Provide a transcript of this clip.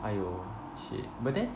!aiyo! shit but then